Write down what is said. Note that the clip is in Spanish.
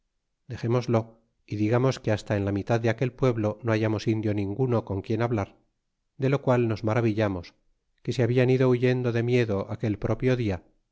dexémoslo y digamos que hasta en la mitad de aquel pueblo no hallamos indio ninguno con quien hablar de lo qual nos maravillamos que se hablan ido huyendo de miedo aquel propio dia